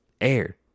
air